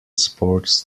sports